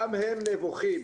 גם הן נבוכות.